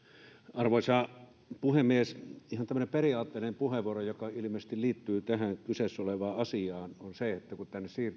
arvoisa puhemies ihan tämmöinen periaatteellinen puheenvuoro joka ilmeisesti liittyy tähän kyseessä olevaan asiaan on se että kun